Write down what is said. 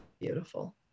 beautiful